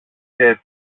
και